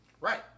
Right